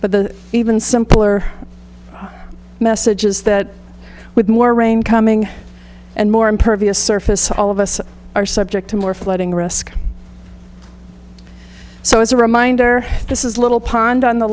but the even simpler message is that with more rain coming and more impervious surface all of us are subject to more flooding risk so as a reminder this is little pond on the